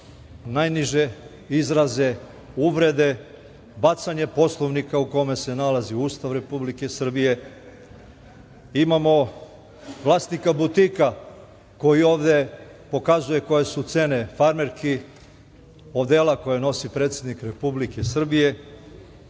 najniže izraze, uvrede, bacanje Poslovnika u kome se nalazi Ustav Republike Srbije. Imamo vlasnika butika koji ovde pokazuje koje su cene farmerki, odela koje nosi predsednik Republike Srbije.